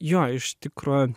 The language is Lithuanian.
jo iš tikro